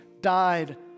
died